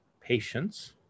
patience